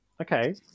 Okay